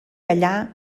allà